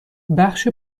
بخش